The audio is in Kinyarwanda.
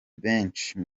benshi